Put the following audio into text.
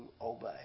obey